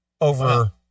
over